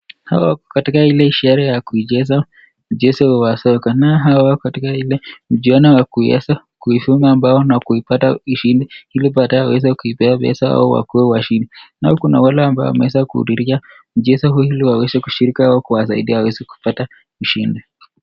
Hawa wako katika ile sherehe ya kuicheza mchezo wa soka na hawa katika ile mchezo wa kuweza kuifuma bao na kuipata ushindi ili wataweza kuipata pesa au wakuwe washindi. Na kuna wale ambao wameweza kuhudhuria mchezo huu ili waweze kushiriki au kuwasaidia waweze kupata ushindi.